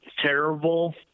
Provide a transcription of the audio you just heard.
terrible